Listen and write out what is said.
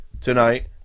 tonight